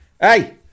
Hey